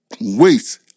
wait